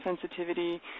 sensitivity